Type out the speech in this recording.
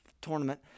tournament